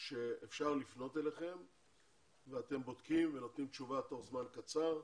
שאפשר לפנות אליכם ואתם בודקים ונותנים תשובה תוך זמן קצר.